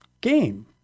game